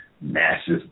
massive